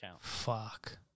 Fuck